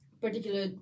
Particular